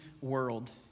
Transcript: world